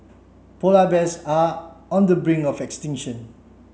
polar bears are on the brink of extinction